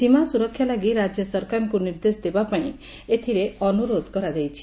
ସୀମା ସ୍ବରକ୍ଷା ଲାଗି ରାଜ୍ୟ ସରକାରଙ୍କୁ ନିର୍ଦ୍ଦେଶ ଦେବାପାଇଁ ଏଥିରେ ଅନୁରୋଧ କରାଯାଇଛି